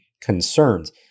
concerns